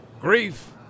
Grief